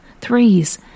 Threes